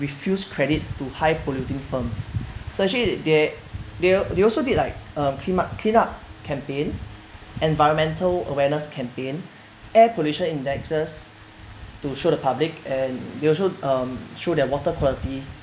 refuse credit to high polluting firms so actually they they they also did like um clean~ cleanup campaign environmental awareness campaign air pollution indexes to show the public and they also um through their water quality